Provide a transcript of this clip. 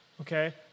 okay